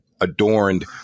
Adorned